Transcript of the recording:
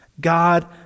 God